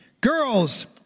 Girls